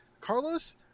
Carlos